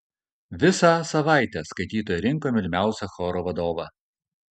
visą savaitę skaitytojai rinko mylimiausią choro vadovą